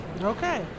Okay